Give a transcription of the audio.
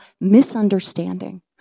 misunderstanding